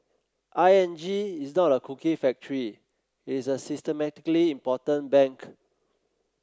I N G is not a cookie factory it is a systemically important bank